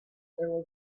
there